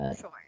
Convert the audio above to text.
Sure